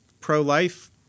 Pro-life